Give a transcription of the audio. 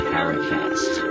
Paracast